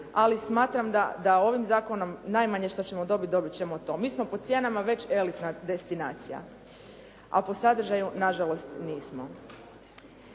ali smatram da ovim zakonom najmanje što ćemo dobiti, dobiti ćemo to. Mi smo po cijenama već elitna destinacija, a po sadržaju na žalost nismo.